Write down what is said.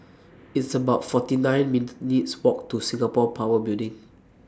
It's about forty nine minutes' Walk to Singapore Power Building